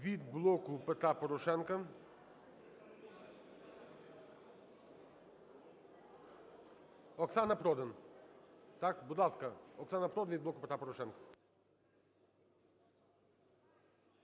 Від "Блоку Петра Порошенка" Оксана Продан. Так? Будь ласка, Оксана Продан від "Блоку Петра Порошенка".